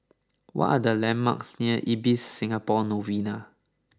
what are the landmarks near Ibis Singapore Novena